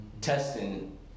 testing